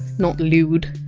not! lewd.